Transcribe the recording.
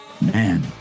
Man